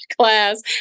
class